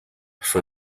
for